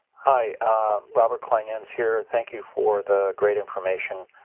i mean here. thank you for the great information.